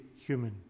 human